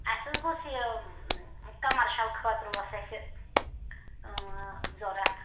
اَسہِ حظ گوٚژھ یہِ کَمَرشَل خٲطرٕ اوس اَسہِ ضوٚرتھ